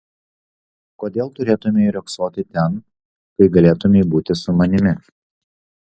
kodėl turėtumei riogsoti ten kai galėtumei būti su manimi